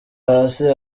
hasi